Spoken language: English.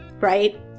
right